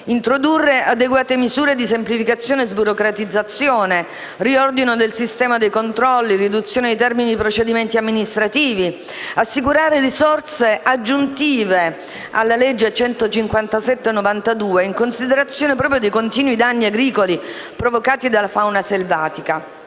introdurre adeguate misure per la semplificazione e la sburocratizzazione, per il riordino del sistema dei controlli, per la riduzione dei termini dei procedimenti amministrativi; di assicurare risorse aggiuntive alla legge n. 157 del 1992, in considerazione proprio dei continui danni agricoli provocati dalla fauna selvatica.